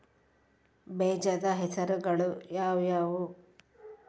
ಬೇಜದ ಹೆಸರುಗಳು ಯಾವ್ಯಾವು?